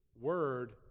word